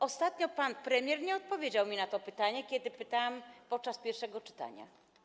Ostatnio pan premier nie odpowiedział mi na to pytanie, kiedy pytałam o to podczas pierwszego czytania.